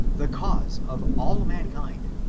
the cause of all mankind,